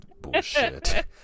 bullshit